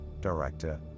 director